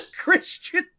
Christian